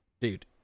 dude